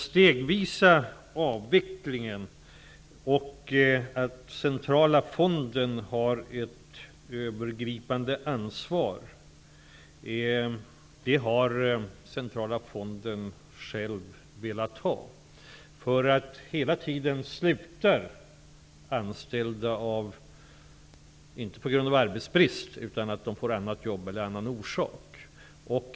Den centrala fonden har själv velat ha en stegvis avveckling och ett övergripande ansvar. Hela tiden slutar anställda, inte på grund av arbetsbrist utan därför att de har fått annat jobb eller av någon annan orsak.